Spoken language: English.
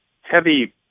heavy